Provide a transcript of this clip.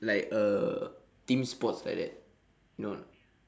like uh team sports like that you know or not